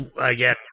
again